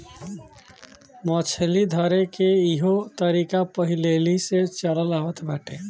मछली धरेके के इहो तरीका पहिलेही से चलल आवत बाटे